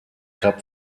cup